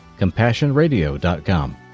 CompassionRadio.com